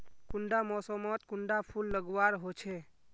कुंडा मोसमोत कुंडा फुल लगवार होछै?